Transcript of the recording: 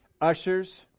ushers